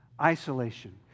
Isolation